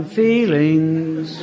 feelings